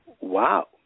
wow